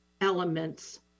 elements